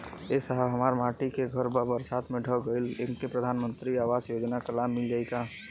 ए साहब हमार माटी क घर ए बरसात मे ढह गईल हमके प्रधानमंत्री आवास योजना क लाभ मिल जाई का?